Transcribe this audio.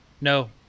No